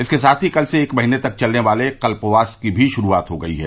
इसके साथ ही कल से एक महीने तक चलने वाले कल्पवास की भी शुरूआत हो गई है